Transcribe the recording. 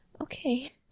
Okay